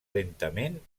lentament